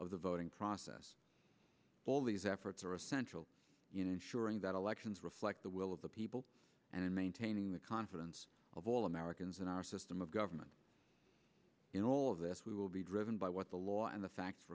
of the voting process all these efforts are essential in ensuring that elections reflect the will of the people and in maintaining the confidence of all americans in our system of government in all of this will be driven by what the law and the fact